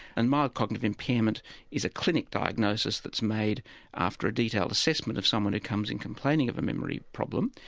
and mild cognitive impairment is a clinic diagnosis that's made after a detailed assessment of someone who comes in complaining of a memory problem.